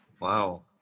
Wow